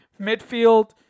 midfield